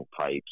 pipes